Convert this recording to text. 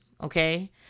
okay